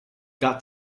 got